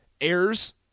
errors